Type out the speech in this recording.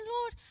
Lord